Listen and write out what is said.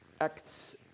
Acts